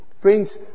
Friends